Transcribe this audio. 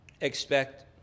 expect